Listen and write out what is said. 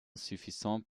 suffisante